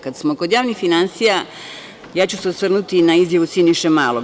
Kada smo kod javnih finansija, ja ću se osvrnuti na izjavu Siniše Malog.